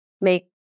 make